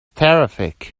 terrific